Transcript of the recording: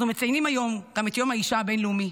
אנחנו מציינים היום גם את יום האישה הבין-לאומי,